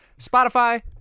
Spotify